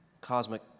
cosmic